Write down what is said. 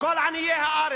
לוקח שנים, לא יום אחד.